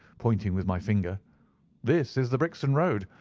pointing with my finger this is the brixton road,